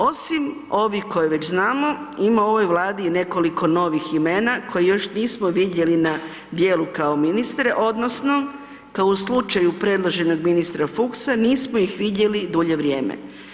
Osim ovih koje već znamo ima u ovoj Vladi nekoliko novih imena koje još nismo vidjeli na djelu kao ministre odnosno kao u slučaju predloženog ministra Fuchsa nismo ih vidjeli već duže vrijeme.